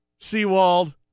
Seawald